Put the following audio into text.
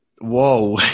Whoa